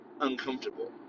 uncomfortable